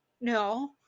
no